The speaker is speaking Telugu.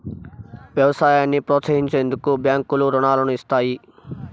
వ్యవసాయాన్ని ప్రోత్సహించేందుకు బ్యాంకులు రుణాలను ఇస్తాయి